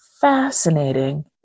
fascinating